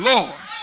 Lord